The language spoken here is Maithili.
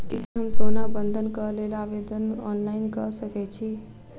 की हम सोना बंधन कऽ लेल आवेदन ऑनलाइन कऽ सकै छी?